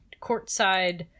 courtside